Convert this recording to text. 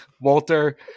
Walter